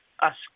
ask